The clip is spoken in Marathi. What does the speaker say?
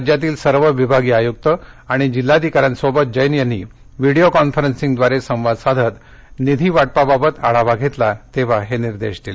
राज्यातील सर्व विभागीय आयुक्त आणि जिल्हाधिकाऱ्यांसोबत जैन यांनी व्हिडिओ कॉन्फरन्सिंगद्वारे संवाद साधत निधीवाटपाबाबत आढावा घेतला तेव्हा हे निर्देश दिले